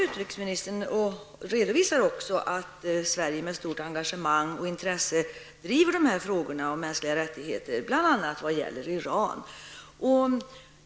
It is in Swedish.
Utrikesministern redovisar att Sverige med stort engagemang och intresse driver frågor om mänskliga rättigheter. Bl.a. gäller det då Iran.